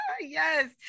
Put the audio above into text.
Yes